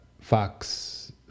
Fox